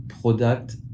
product